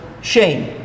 shame